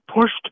pushed